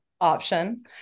option